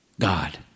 God